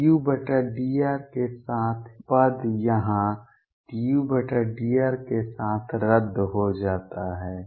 dudr के साथ पद यहां dudr के साथ रद्द हो जाता है